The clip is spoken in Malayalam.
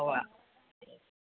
ഉവ്വ്